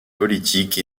politique